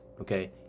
okay